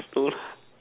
no lah